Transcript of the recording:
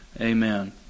Amen